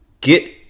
get